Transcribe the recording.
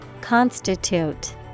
Constitute